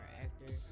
actor